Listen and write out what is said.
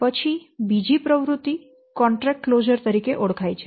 પછી બીજી પ્રવૃત્તિ કોન્ટ્રેક્ટ કલોઝર તરીકે ઓળખાય છે